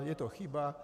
Je to chyba.